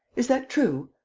is that true?